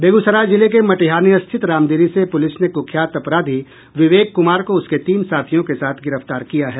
बेगूसराय जिले के मटिहानी स्थित रामदीरी से पुलिस ने कुख्यात अपराधी विवेक कुमार को उसके तीन साथियों के साथ गिरफ्तार किया है